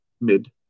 mid